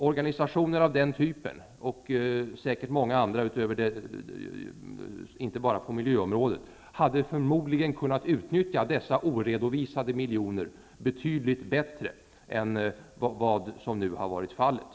Organisationer av nämnda typ -- och säkert många andra, och då inte bara på miljöområdet -- hade förmodligen kunnat utnyttja dessa oredovisade miljoner betydligt bättre än som nu har varit fallet.